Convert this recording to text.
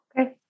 Okay